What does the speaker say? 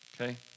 Okay